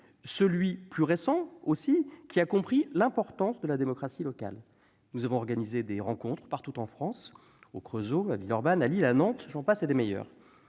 qui, plus récemment, a compris l'importance de la démocratie locale ; nous avons organisé des rencontres partout en France, au Creusot, à Villeurbanne, à Lille, à Nantes, et j'en passe.